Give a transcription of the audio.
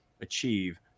achieve